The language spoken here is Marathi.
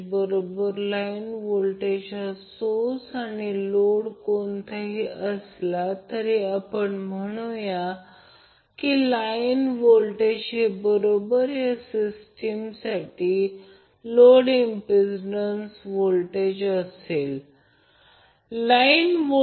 तर या प्रकरणात लाईन करंट फेज करंट नाही कारण हा लाईन करंट आहे त्यानंतर हा फेज करंट आहे आणि हा लाईन करंट आहे म्हणून आपल्याला लाईन करंट आणि फेज करंट मधील काही संबंध शोधावे लागतील